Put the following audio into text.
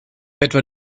etwa